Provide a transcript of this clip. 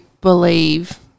believe –